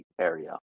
area